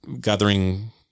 gathering